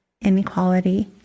inequality